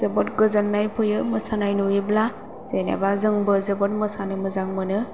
जोबोत गोजोन्नाय फैयो मोसानाय नुयोब्ला जेनबा जोंबो जोबोर मोसानो मोजां मोनो